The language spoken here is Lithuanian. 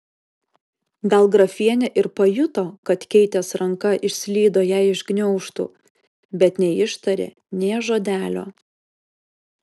gal grafienė ir pajuto kad keitės ranka išslydo jai iš gniaužtų bet neištarė nė žodelio